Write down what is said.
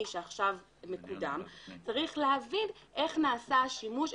שעכשיו מקודם צריך להבין איך נעשה השימוש,